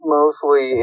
mostly